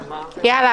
המשמעות,